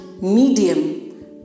medium